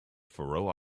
faroe